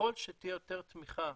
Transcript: ככל שתהיה יותר תמיכה